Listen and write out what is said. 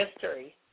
history